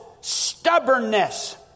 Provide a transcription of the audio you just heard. stubbornness